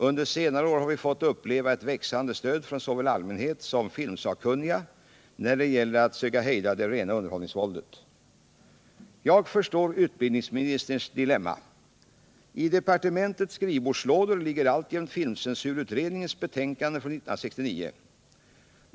Under senare år har vi fått uppleva ett växande stöd från såväl allmänhet som filmsakkunniga när det gäller att söka hejda det rena underhållningsvåldet. Jag förstår utbildningsministerns dilemma. I departementets skrivbordslådor ligger alltjämt filmcensurutredningens betänkande från 1969.